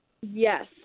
yes